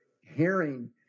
hearing